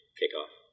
kickoff